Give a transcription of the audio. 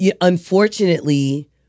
unfortunately